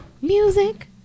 music